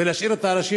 ולהשאיר את האנשים